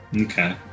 Okay